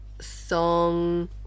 song